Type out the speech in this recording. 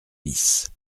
bis